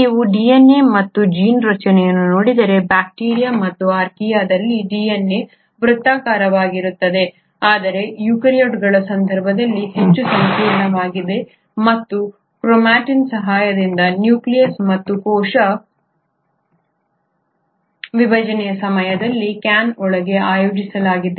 ನೀವು DNA ಅಥವಾ gene ರಚನೆಯನ್ನು ನೋಡಿದರೆ ಬ್ಯಾಕ್ಟೀರಿಯಾಯಾ ಮತ್ತು ಆರ್ಕಿಯಾದಲ್ಲಿ ಡಿಎನ್ಎ ವೃತ್ತಾಕಾರವಾಗಿರುತ್ತದೆ ಆದರೆ ಯುಕ್ಯಾರಿಯೋಟ್ಗಳ ಸಂದರ್ಭದಲ್ಲಿ ಹೆಚ್ಚು ಸಂಕೀರ್ಣವಾಗಿದೆ ಮತ್ತು ಕ್ರೊಮಾಟಿನ್ ಸಹಾಯದಿಂದ ನ್ಯೂಕ್ಲಿಯಸ್ ಮತ್ತು ಕೋಶ ವಿಭಜನೆಯ ಸಮಯದಲ್ಲಿ ಕ್ಯಾನ್ ಒಳಗೆ ಆಯೋಜಿಸಲಾಗುತ್ತದೆ